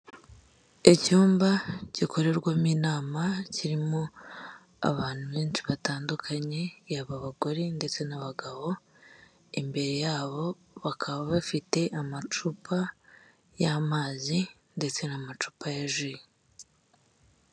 Icyumba gikorerwamo inama kirimo abantu benshi batandukanye yaba abagore ndetse n'abagabo, imbere yabo bakaba bafite amacupa y'amazi ndetse n'amacupa ya ji.